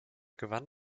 gewann